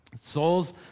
Souls